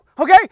okay